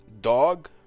dog